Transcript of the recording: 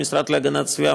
המשרד להגנת הסביבה,